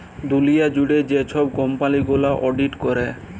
দুঁলিয়া জুইড়ে যে ছব কম্পালি গুলা অডিট ক্যরে